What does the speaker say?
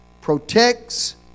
protects